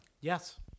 Yes